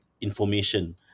information